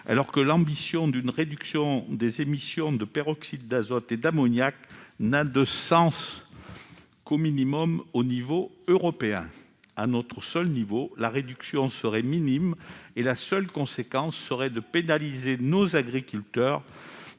même que l'ambition d'une réduction des émissions de peroxyde d'azote et d'ammoniac n'a de sens qu'à l'échelle européenne, au minimum. À notre seul niveau, la réduction serait minime et la seule conséquence serait de pénaliser nos agriculteurs